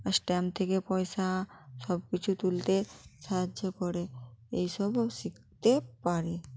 আর stamp থেকে পয়সা সব কিছু তুলতে সাহায্য করে এইসবও শিখতে পারি